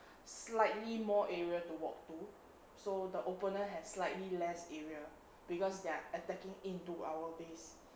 slightly more area to walk to so the opponent has slightly less area because they're attacking into our base